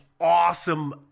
awesome